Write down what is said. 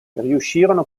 riuscirono